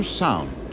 sound